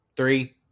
Three